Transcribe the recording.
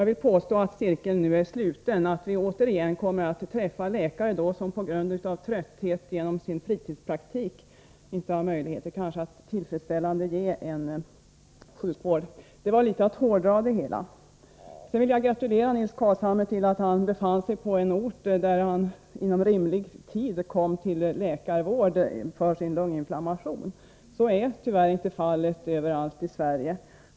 Jag vill påstå att cirkeln nu är sluten och att vi återigen kommer att träffa läkare som av trötthet på grund av sin fritidspraktik inte kan ge tillfredsställande sjukvård för att litet hårdra det hela. Sedan vill jag gratulera Nils Carlshamre till att han befann sig på en ort där han inom rimlig tid kunde komma till läkarvård för sin lunginflammation. Så är tyvärr inte fallet överallt i Sverige.